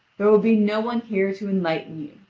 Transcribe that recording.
there will be no one here to enlighten you.